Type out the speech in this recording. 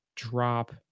drop